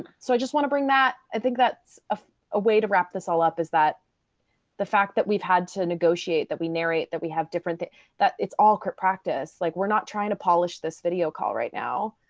so i just wanna bring that. i think that's a way to wrap this all up, is that the fact that we've had to negotiate that we narrate that we have different, that that it's all crip praxis. like we're not trying to polish this video call right now,